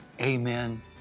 amen